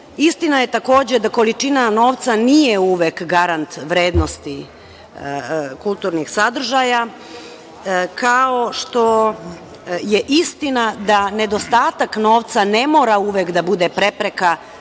Istina je takođe da količina novca nije uvek garant vrednosti kulturnih sadržaja, kao što je istina da nedostatak novca ne mora uvek da bude prepreka